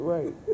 Right